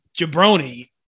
Jabroni